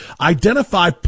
identify